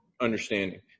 understanding